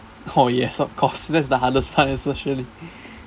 oh yes of course that's the hardest part actually